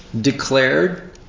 Declared